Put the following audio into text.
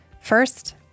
First